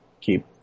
keep